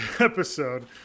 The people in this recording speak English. episode